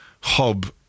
hub